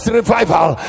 revival